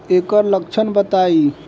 एकर लक्षण बताई?